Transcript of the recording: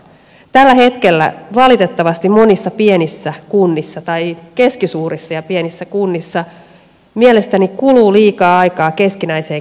tällä hetkellä valitettavasti monissa keskisuurissa ja pienissä kunnissa mielestäni kuluu liikaa aikaa keskinäiseen kilpailuun